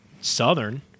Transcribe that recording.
Southern